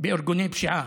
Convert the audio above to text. בארגוני פשיעה,